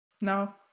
No